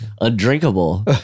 undrinkable